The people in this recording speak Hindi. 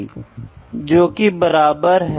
तो आप देख रहे हैं कि एक फीट में है दूसरा एक इंच में है